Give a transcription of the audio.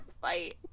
fight